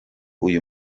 uyu